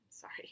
Sorry